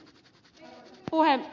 arvoisa puhemies